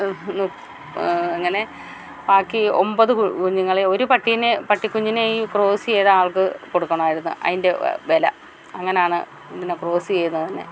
അങ്ങനെ ബാക്കി ഒമ്പത് കു കുഞ്ഞുങ്ങളെയും ഒരു പട്ടീനെ പട്ടികുഞ്ഞിനെ ഈ ക്രോസ്സ് ചെയ്ത ആൾക്ക് കൊടുക്കണമായിരുന്നു അതിൻ്റെ വില അങ്ങനെയാണ് പിന്നെ ക്രോസ്സ് ചെയ്തതിനെ